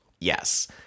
Yes